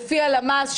לפי הלמ"ס,